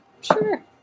Sure